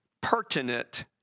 pertinent